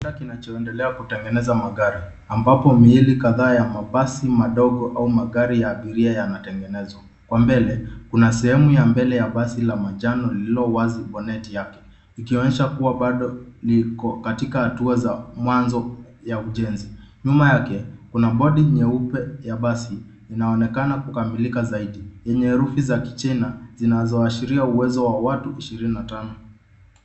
Chumba kinachoendelea kutengeneza magari ambapo miili kadhaa ya mabasi madogo au magari ya abiria yanatengenezwa. Kwa mbele kuna sehemu ya mbele ya basi la manjano lililowazi boneti yake; ikionyesha kuwa bado liko katika hatua za mwanzo ya ujenzi. Nyuma yake kuna bodi nyeupe ya basi inaonekana kukamilika zaidi yenye herufi za kichina, zinazoashiria uwezo wa watu ishirini na tano.